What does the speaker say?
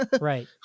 Right